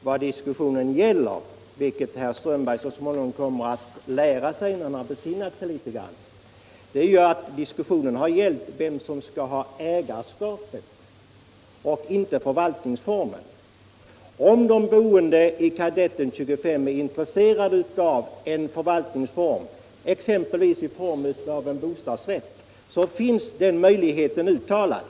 Herr talman! Vad diskussionen gäller, vilket herr Strömberg så småningom kommer att inse när han får besinna sig litet, är vem som skall ha ägarskapet och inte förvaltningsformen. Om de boende i Kadetten 25 är intresserade av en förvaltningsform, exempelvis en bostadsrätt, finns den möjligheten uttalad.